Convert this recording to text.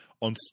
on